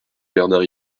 bernard